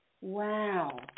Wow